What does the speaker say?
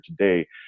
today